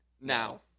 now